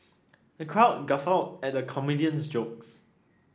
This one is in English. the crowd guffawed at the comedian's jokes